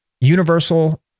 universal